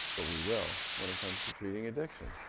but we will, when it comes to treating addiction.